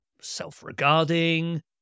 self-regarding